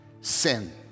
sin